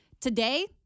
Today